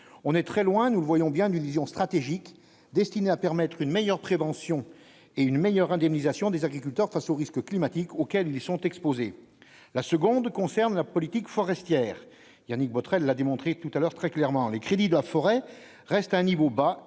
on est très loin, nous le voyons bien d'une vision stratégique destiné à permettre une meilleure prévention et une meilleure indemnisation des agriculteurs face aux risques climatiques auxquels ils sont exposés la seconde concerne la politique forestière Yannick Botrel a démontré tout à l'heure, très clairement, les crédits de la forêt reste à un niveau bas